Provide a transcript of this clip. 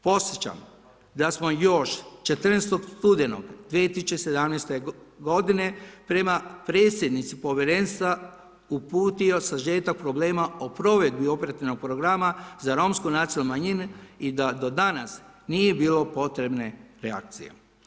Podsjećam da smo još 14. studenog 2017. godine prema predsjednici povjerenstva uputio sažetak problema o provedbi operativnog programa za romsku nacionalnu manjinu i da do danas nije bilo potrebne reakcije.